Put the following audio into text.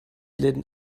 läden